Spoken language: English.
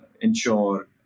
ensure